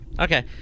Okay